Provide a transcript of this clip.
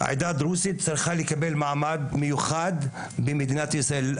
העדה הדרוזית צריכה לקבל מעמד מיוחד במדינת ישראל.